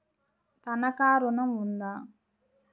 తనఖా ఋణం ఉందా?